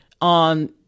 on